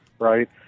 Right